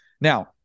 Now